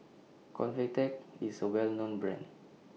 Convatec IS A Well known Brand